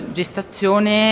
gestazione